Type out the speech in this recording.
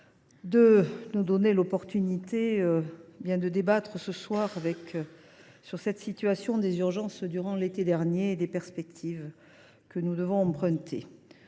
de me donner l’occasion de débattre ce soir de la situation des urgences durant l’été dernier et des perspectives que nous devons emprunter.